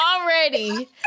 already